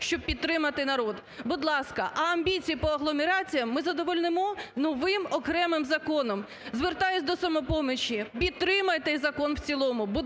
щоб підтримати народ. Будь ласка. А амбіції по агломераціям ми задовольнимо новим окремим законом. Звертаюсь до "Самопомочі". Підтримайте цей закон в цілому,